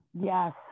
Yes